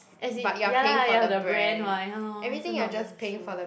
as in ya lah ya the brand [what] ya lor also not the shoe